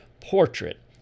portrait